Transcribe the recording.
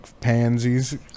pansies